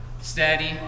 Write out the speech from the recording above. steady